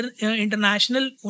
international